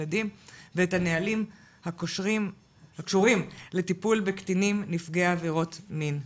וילדים ואת הנהלים הקשורים לטיפול בקטינים נפגעי עבירות מין.